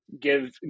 give